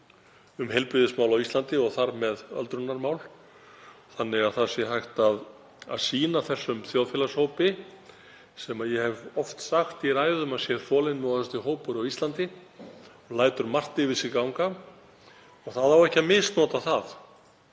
um heilbrigðismál á Íslandi og þar með öldrunarmál þannig að hægt sé að sýna þessum þjóðfélagshópi, sem ég hef oft sagt í ræðum að sé þolinmóðasti hópur á Íslandi, lætur margt yfir sig ganga og það á ekki að misnota það.